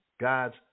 God's